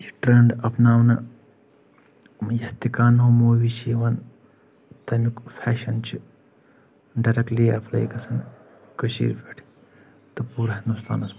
یہِ ٹرینٛڈ اپناونہٕ یِتھ تہِ کانٛہہ نیو موٗوی چھِ یِوان تمیُک فیشن چھِ ڈریکٹلی اٮ۪پلاے گژھان کٔشیٖرِ پٮ۪ٹھ تہٕ پوٗرٕ ہندوستانس منٛز